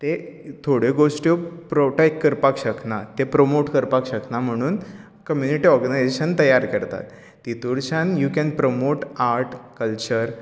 ते थोड्यो गोश्टी प्रोटॅक्ट करपाक शकनात ते प्रोमोट करपाक शकना म्हणून कम्यूनीटी ऑर्गनाजेशन तयार करतात तातूंच्यान you can promote art culture